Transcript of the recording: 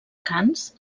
canes